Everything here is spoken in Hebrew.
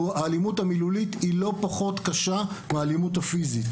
האלימות המילולית היא לא פחות קשה מהאלימות הפיסית.